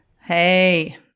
Hey